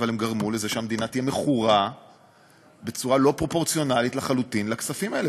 שהמדינה תהיה מכורה בצורה לא פרופורציונלית לחלוטין לכספים האלה.